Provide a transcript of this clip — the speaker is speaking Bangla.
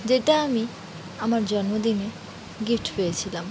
যেটা আমি আমার জন্মদিনে গিফট পেয়েছিলাম